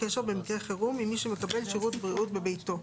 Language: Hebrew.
קשר במצב חירום עם מי שמקבל שירות בריאות בביתו.